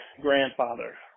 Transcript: grandfather